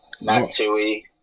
Matsui